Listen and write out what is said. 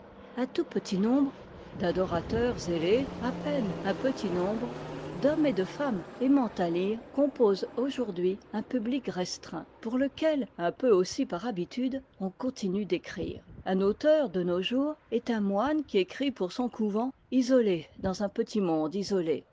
un tout petit nombre d'adorateurs zélés à peine un petit nombre d'hommes et de femmes aimant à lire composent aujourd'hui un public restreint pour lequel un peu aussi par habitude on continue d'écrire un auteur de nos jours est un moine qui écrit pour son couvent isolé dans un petit monde isolé